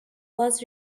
was